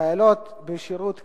(חיילות בשירות קבע),